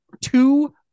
two